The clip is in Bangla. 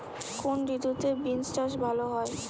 কোন ঋতুতে বিন্স চাষ ভালো হয়?